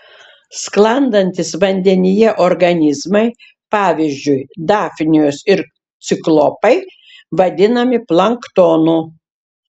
sklandantys vandenyje organizmai pavyzdžiui dafnijos ir ciklopai vadinami planktonu